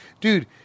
dude